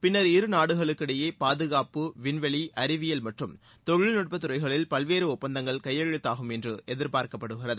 பின்னா் இருநாடுகளுக்கிடையே பாதுகாப்பு விண்வெளி அறிவியல் மற்றும் தொழில்நட்பத் துறைகளில் பல்வேறு ஒப்பந்தங்கள் கையெழுத்து ஆகும் என்று எதிர்பார்க்கப்படுகிறது